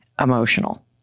emotional